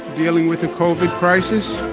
dealing with the kobe crisis,